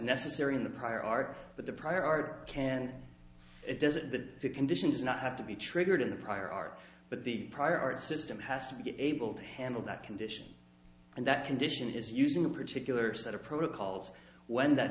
necessary in the prior art but the prior art can and it does it the conditions not have to be triggered in the prior art but the prior art system has to be able to handle that condition and that condition is using a particular set of protocols when that